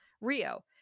Rio